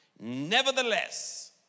Nevertheless